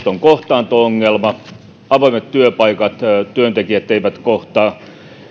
on kohtaanto ongelma avoimet työpaikat ja työpaikat eivät kohtaa